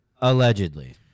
allegedly